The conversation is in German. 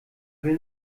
will